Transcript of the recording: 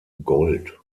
gold